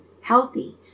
healthy